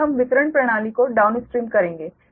फिर हम वितरण प्रणाली को डाउनस्ट्रीम करेंगे